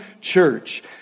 church